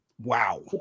Wow